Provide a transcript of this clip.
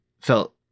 felt